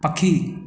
पखी